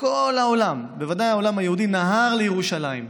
וכל העולם, בוודאי העולם היהודי, נהר לירושלים,